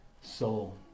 soul